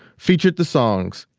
featured the songs,